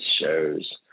shows